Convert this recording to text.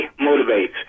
Motivates